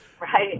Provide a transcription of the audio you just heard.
Right